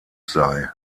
sei